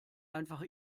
einfach